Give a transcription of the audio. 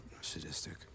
sadistic